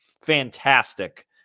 fantastic